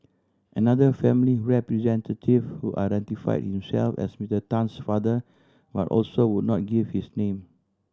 another family representative who identified himself as Mister Tan's father but also would not give his name